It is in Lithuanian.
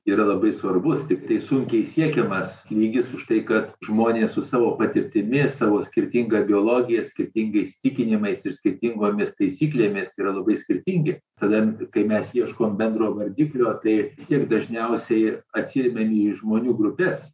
yra labai svarbus tiktai sunkiai siekiamas lygis už tai kad žmonės su savo patirtimi savo skirtinga biologija skirtingais įsitikinimais ir skirtingomis taisyklėmis yra labai skirtingi tada kai mes ieškom bendro vardiklio tai vis tiek dažniausiai atsiremia į žmonių grupes